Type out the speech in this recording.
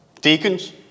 deacons